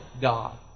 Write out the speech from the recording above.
God